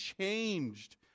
changed